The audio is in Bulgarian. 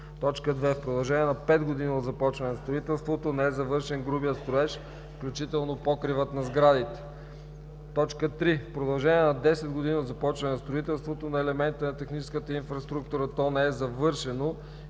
2. в продължение на 5 години от започване на строителството не е завършен грубият строеж, включително покривът на сградите; 3. в продължение на 10 години от започване на строителството на елементи на техническата инфраструктура то не е завършено